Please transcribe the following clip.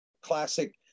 classic